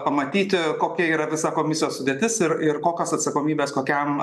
pamatyti kokia yra visa komisijos sudėtis ir ir kokios atsakomybės kokiam